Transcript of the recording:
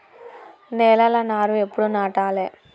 నేలలా నారు ఎప్పుడు నాటాలె?